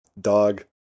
dog